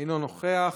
אינו נוכח,